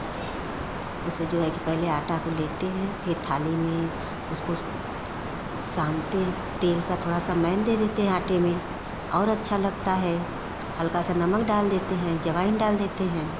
उसे जो है कि आटा को लेते हैं फिर थाली में उसको सानते हैं तेल का थोड़ा सा मैन दे देते हैं आटे में और अच्छा लगता है हल्का सा नमक डाल देते हैं अजवाइन डाल देते हैं